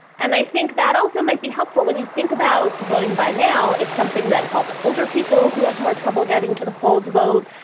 and i think that also might be helpful when you think about voting by now. it's something that helps older people who have more trouble getting to the polls to vote.